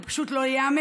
זה פשוט לא ייאמן.